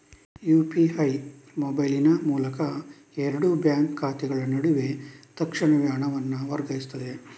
UPI ಮೊಬೈಲಿನ ಮೂಲಕ ಎರಡು ಬ್ಯಾಂಕ್ ಖಾತೆಗಳ ನಡುವೆ ತಕ್ಷಣವೇ ಹಣವನ್ನು ವರ್ಗಾಯಿಸ್ತದೆ